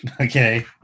Okay